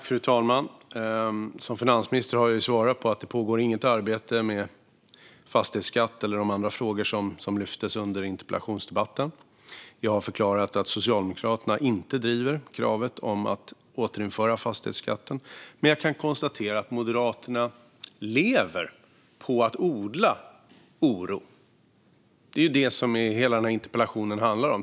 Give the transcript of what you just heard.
Fru talman! Som finansminister har jag svarat att det inte pågår något arbete med fastighetsskatt eller de andra frågor som har lyfts upp under interpellationsdebatten. Jag har förklarat att Socialdemokraterna inte driver kravet om att återinföra fastighetsskatten, men jag kan konstatera att Moderaterna lever på att odla oro. Det är detta som hela denna interpellationsdebatt handlar om.